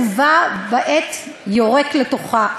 ובה בעת יורק לתוכה.